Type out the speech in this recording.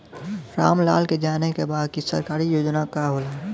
राम लाल के जाने के बा की सरकारी योजना का होला?